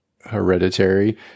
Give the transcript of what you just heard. hereditary